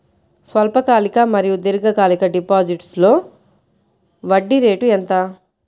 స్వల్పకాలిక మరియు దీర్ఘకాలిక డిపోజిట్స్లో వడ్డీ రేటు ఎంత?